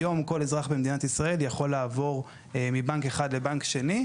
היום כל אזרח בישראל יכול לעבור מבנק אחד לבנק שני,